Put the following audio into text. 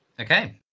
Okay